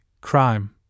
crime